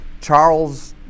Charles